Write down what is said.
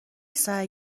سعی